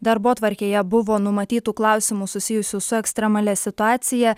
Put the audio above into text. darbotvarkėje buvo numatytų klausimų susijusių su ekstremalia situacija